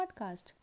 podcast